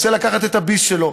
רוצה לקחת את הביס שלו.